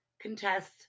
contest